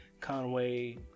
Conway